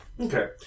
Okay